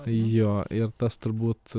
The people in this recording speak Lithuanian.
jo ir tas turbūt